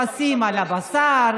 מכסים על הבשר,